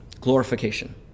glorification